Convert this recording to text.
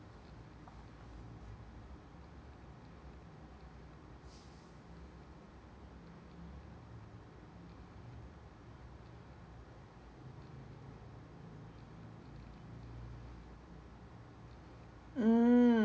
mm